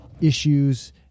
issues